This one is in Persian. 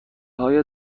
های